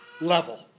level